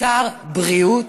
שר בריאות?